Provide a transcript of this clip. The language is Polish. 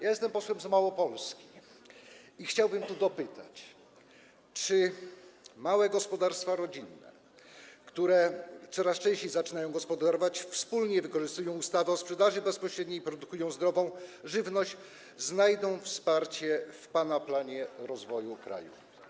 Jestem posłem z Małopolski i chciałbym dopytać, czy małe gospodarstwa rodzinne, które coraz częściej zaczynają gospodarować wspólnie, wykorzystują ustawę o sprzedaży bezpośredniej, produkują zdrową żywność, znajdą wsparcie w pana planie rozwoju kraju.